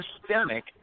systemic